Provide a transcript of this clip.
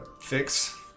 fix